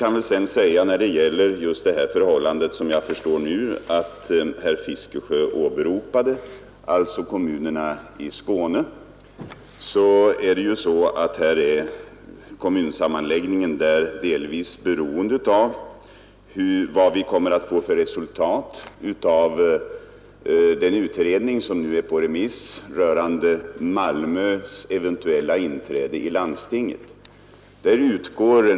När det gäller det förhållande som jag förstår herr Fiskesjö åberopade — kommunerna i Skåne — så är kommunsammanläggningen där delvis beroende av resultatet av behandlingen av det utredningsförslag som nu är ute på remiss rörande Malmös eventuella inträde i landstinget.